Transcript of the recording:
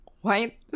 white